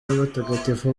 w’abatagatifu